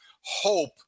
hope